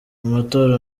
amatora